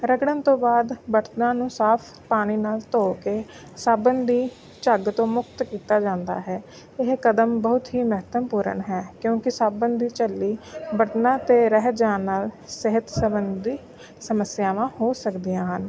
ਰਗੜਨ ਤੋਂ ਬਾਅਦ ਬਰਤਨਾਂ ਨੂੰ ਸਾਫ ਪਾਣੀ ਨਾਲ ਧੋ ਕੇ ਸਾਬਣ ਦੀ ਝੱਗ ਤੋਂ ਮੁਕਤ ਕੀਤਾ ਜਾਂਦਾ ਹੈ ਇਹ ਕਦਮ ਬਹੁਤ ਹੀ ਮਹੱਤਵਪੂਰਨ ਹੈ ਕਿਉਂਕਿ ਸਾਬਨ ਦੀ ਝੱਲੀ ਬਰਤਨਾਂ 'ਤੇ ਰਹਿ ਜਾਣ ਨਾਲ ਸਿਹਤ ਸੰਬੰਧੀ ਸਮੱਸਿਆਵਾਂ ਹੋ ਸਕਦੀਆਂ ਹਨ